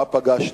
מה פגשתי?